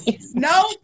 No